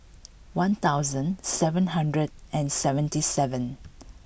one thousand seven hundred and seventy seven